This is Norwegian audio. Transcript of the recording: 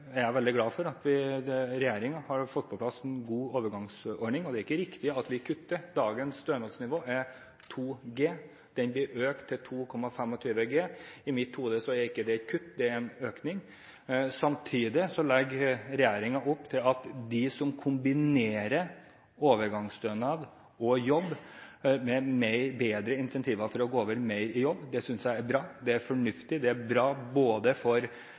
jeg veldig glad for at regjeringen har fått på plass en god overgangsordning. Det er ikke riktig at vi kutter. Dagens stønadsnivå er 2 G. Den blir økt til 2,25 G. I mitt hode er ikke det et kutt, det er en økning. Samtidig legger regjeringen opp til at de som kombinerer overgangsstønad og jobb, får bedre incentiver for å gå mer over i jobb. Det synes jeg er bra. Det er fornuftig. Det er bra for